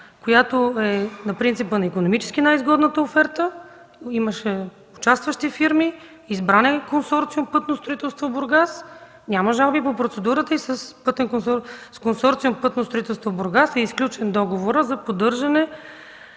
която е на принципа на икономически най-изгодната оферта. Имаше участващи фирми, избран е Консорциум „Пътно строителство” – Бургас. Няма жалби и по процедурата. С Консорциум „Пътно строителство” – Бургас, е сключен договор за поддържане